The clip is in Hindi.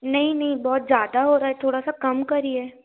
नहीं नहीं बहुत ज़्यादा हो रहा है थोड़ा सा कम करिए